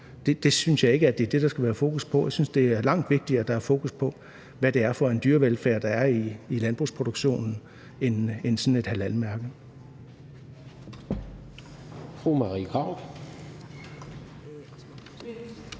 Det synes jeg ikke er det, der skal være fokus på. Jeg synes, det er langt vigtigere, at der er fokus på, hvad det er for en dyrevelfærd, der er i landbrugsproduktionen, end sådan et halalmærke.